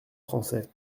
français